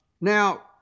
Now